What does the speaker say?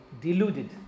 deluded